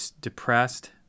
depressed